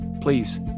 please